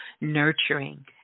nurturing